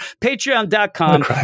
Patreon.com